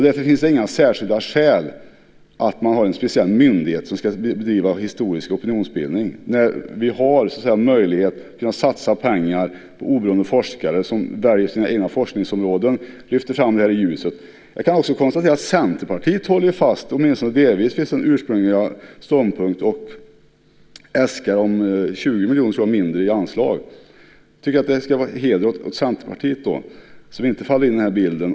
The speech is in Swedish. Därför finns det inga särskilda skäl att ha en speciell myndighet som ska driva historisk opinionsbildning, när vi har möjlighet att satsa pengar på oberoende forskare som väljer sina egna forskningsområden och lyfter fram det här i ljuset. Jag kan också konstatera att Centerpartiet håller fast vid sin ursprungliga ståndpunkt, åtminstone delvis, och äskar 20 miljoner mindre i anslag. Jag tycker att det hedrar Centerpartiet, som inte faller in i bilden.